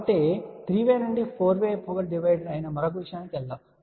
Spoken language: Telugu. కాబట్టి 3 వే నుండి 4 వే పవర్ డివైడర్ అయిన మరొక విషయానికి వెళ్దాం